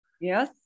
Yes